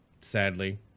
Sadly